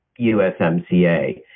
USMCA